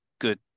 good